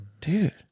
Dude